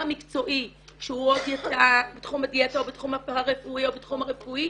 מקצועי שהוא או דיאטן בתחום הדיאטה או בתחום הפרא-רפואי או בתחום הרפואי